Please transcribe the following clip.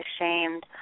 ashamed